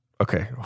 Okay